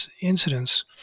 incidents